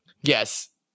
Yes